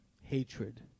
hatred